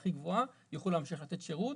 הכי גבוהה יוכלו להמשיך לתת שירות,